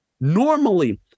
normally